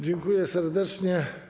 Dziękuję serdecznie.